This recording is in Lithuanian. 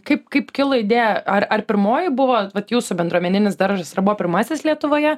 kaip kaip kilo idėja ar ar pirmoji buvo vat jūsų bendruomeninis daržas ar buvo pirmasis lietuvoje